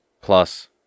plus